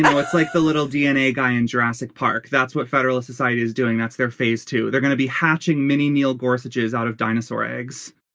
know it's like the little dna guy in jurassic park. that's what federalist society is doing. that's their phase two. they're going to be hatching mini meal courses out of dinosaur eggs